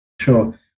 Sure